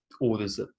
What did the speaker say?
orders